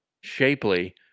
shapely